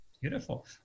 Beautiful